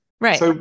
right